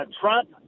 Trump